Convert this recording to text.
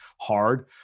hard